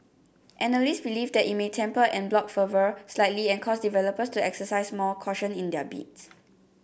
analysts believe that it may temper en bloc fervour slightly and cause developers to exercise more caution in their bids